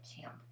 Camp